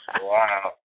Wow